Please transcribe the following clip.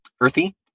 earthy